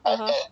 (uh huh)